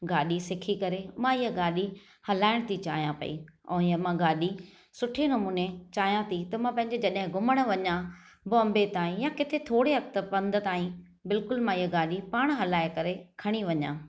गाडी॒ सिखी करे मां हीअं गाडी॒ हलायणु थी चाहियां पई ऐं हीअ मां गाडी॒ सुठे नमूने चाहियां थी त मां पंहिंजे जड॒हिं घुमणु वञा मुम्बई ताईं इअं किथे थोरे वक़्तु पंध ताईं बिल्कुलु मां हीअ गाडी॒ पाण हलाए करे खणी वञा